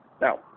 Now